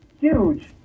huge